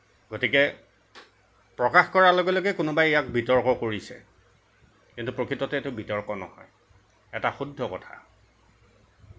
গতিকে প্ৰকাশ কৰাৰ লগে লগে কোনোবাই ইয়াক বিতৰ্ক কৰিছে কিন্তু প্ৰকৃততে এইটো বিতৰ্ক নহয় এটা শুদ্ধ কথা